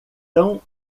tão